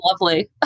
lovely